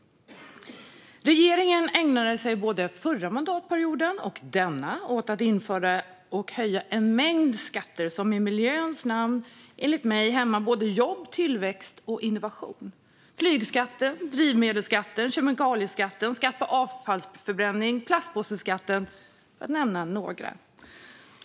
Regeringen har både förra mandatperioden och denna mandatperiod ägnat sig åt att införa och höja en mängd skatter i miljöns namn som enligt mig hämmar jobb, tillväxt och innovation: flygskatten, drivmedelsskatten, kemikalieskatten, skatt på avfallsförbränning och plastpåseskatten, för att nämna några.